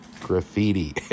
graffiti